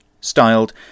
styled